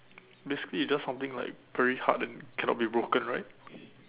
basically it's just something like very hard and cannot be broken right